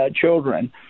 children